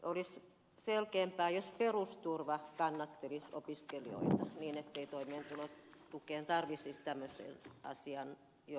olisi selkeämpää jos perusturva kannattelisi opiskelijoita niin ettei toimeentulotukea tarvitsisi tämmöisen asian johdosta hakea